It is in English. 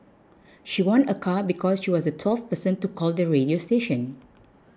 she won a car because she was the twelfth person to call the radio station